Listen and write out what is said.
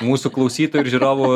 mūsų klausytojų ir žiūrovų